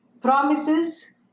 Promises